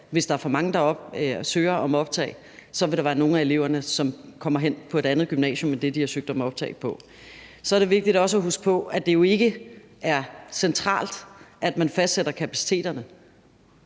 hvis der er for mange, der søger om optag, så vil der være nogle af eleverne, som kommer hen på et andet gymnasium end det, de har søgt om optag på. Så er det for det andet vigtigt også at huske på, at det jo ikke er fra centralt hold, at man fastsætter kapaciteterne.